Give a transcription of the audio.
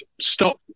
stop